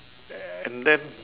and then